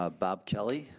ah bob kelly.